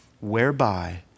whereby